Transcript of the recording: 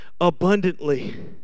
abundantly